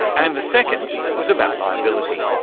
and the second was about liability.